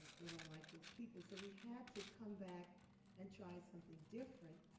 they don't like those people. so we had to come back and try something different.